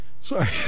Sorry